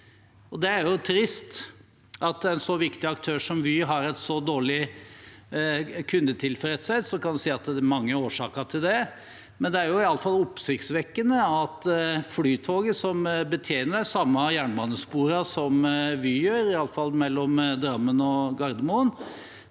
Det er trist at en så viktig aktør som Vy har en så dårlig kundetilfredshet. Så kan man si at det er mange årsaker til det, men det er i alle fall oppsiktsvekkende at Flytoget, som betjener de samme jernbanesporene som Vy gjør, i alle fall mellom Drammen og Gardermoen,